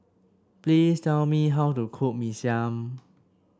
please tell me how to cook Mee Siam